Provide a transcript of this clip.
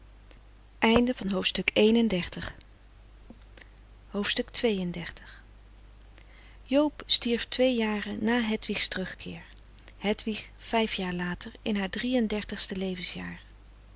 joob stierf twee jaren na hedwigs terugkeer hedwig vijf jaren later in haar drie-en-dertigste levensjaar